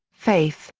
faith,